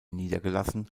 niedergelassen